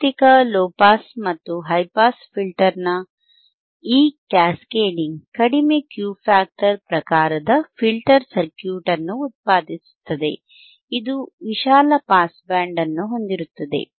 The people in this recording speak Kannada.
ವೈಯಕ್ತಿಕ ಲೊ ಪಾಸ್ ಮತ್ತು ಹೈ ಪಾಸ್ ಫಿಲ್ಟರ್ನ ಈ ಕ್ಯಾಸ್ಕೇಡಿಂಗ್ ಕಡಿಮೆ ಕ್ಯೂ ಫ್ಯಾಕ್ಟರ್ ಪ್ರಕಾರದ ಫಿಲ್ಟರ್ ಸರ್ಕ್ಯೂಟ್ ಅನ್ನು ಉತ್ಪಾದಿಸುತ್ತದೆ ಇದು ವಿಶಾಲ ಪಾಸ್ ಬ್ಯಾಂಡ್ ಅನ್ನು ಹೊಂದಿರುತ್ತದೆ